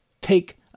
take